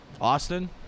Austin